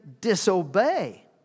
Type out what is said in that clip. disobey